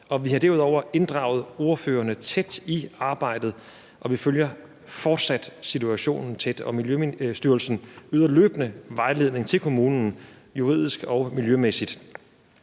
Vi har derudover inddraget ordførerne tæt i arbejdet, og vi følger fortsat situationen tæt. Miljøstyrelsen yder løbende vejledning til kommunen, juridisk og miljømæssigt.